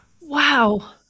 Wow